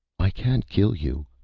i can kill you,